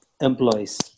employees